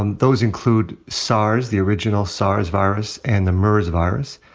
and those include sars, the original sars virus, and the mers virus.